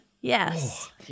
Yes